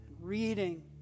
reading